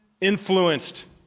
influenced